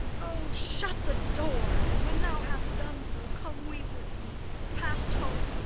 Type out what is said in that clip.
o, shut the door! and when thou hast done so, come weep with me past hope,